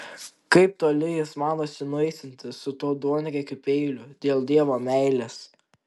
kaip toli jis manosi nueisiantis su tuo duonriekiu peiliu dėl dievo meilės